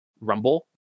Rumble